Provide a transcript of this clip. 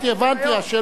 מאה אחוז.